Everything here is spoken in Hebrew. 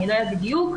אני לא יודעת בדיוק,